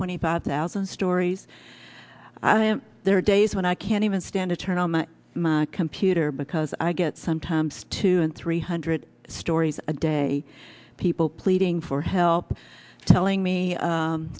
twenty five thousand stories i am there are days when i can't even stand to turn on the computer because i get sometimes two and three hundred stories a day people pleading for help telling me